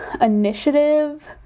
Initiative